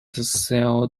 sell